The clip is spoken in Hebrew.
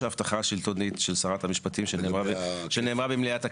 ההבטחה השלטונית של שרת המשפטים שנאמרה במליאת הכנסת,